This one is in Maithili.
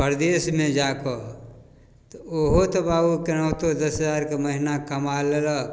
परदेसमे जाकऽ तऽ ओहो तऽ बाबू केनाहितो दस हजारके महिना कमा लेलक